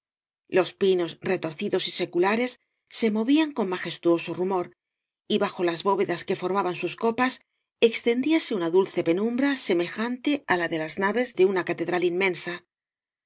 los pinos retorcidos y seculares se movían con majestuoso rumor y bajo las bóvedas que formaban sus copas extendíase una dulce penumbra semejante á la de las naves de una catedral inmensa